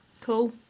Cool